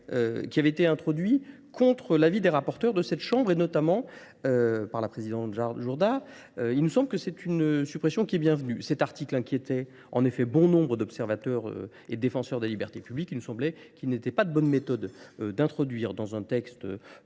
qui avait été introduit contre l'avis des rapporteurs de cette Chambre et notamment par la présidente Giordano Giordano Giordano Giordano. Il nous semble que c'est une suppression qui est bienvenue. Cet article inquiétait en effet bon nombre d'observateurs et défenseurs des libertés publiques. Il nous semblait qu'il n'était pas de bonne méthode d'introduire dans un texte